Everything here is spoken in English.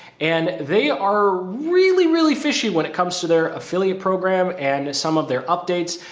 and they are really really fishy when it comes to their affiliate program and some of their updates,